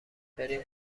بریم